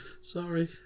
Sorry